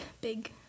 big